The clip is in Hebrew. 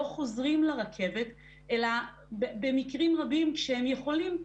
חוזרים לרכבת אלא במקרים רבים כשהם יכולים,